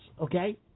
Okay